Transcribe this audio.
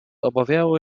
obawiało